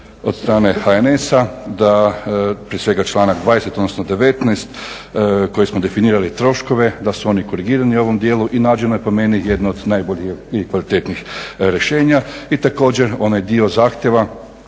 od strane HNS-a da prije svega članak 20. odnosno 19. kojim smo definirali troškove da su oni korigirani u ovom dijelu i nađeno je po meni jedno od najboljih i kvalitetnih rješenja. I također onaj dio zahtjeva,